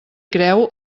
creu